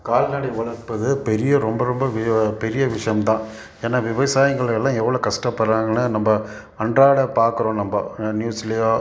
கால்நடை வளர்ப்பது பெரிய ரொம்ப ரொம்ப வி பெரிய விஷயம்தான் ஏன்னால் விவசாயிங்களெல்லாம் எவ்வளோ கஷ்டப்பட்றாங்கன்னு நம்ம அன்றாட பார்க்குறோம் நம்ம நியூஸ்லேயோ